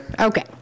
Okay